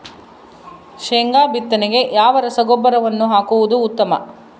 ಶೇಂಗಾ ಬಿತ್ತನೆಗೆ ಯಾವ ರಸಗೊಬ್ಬರವನ್ನು ಹಾಕುವುದು ಉತ್ತಮ?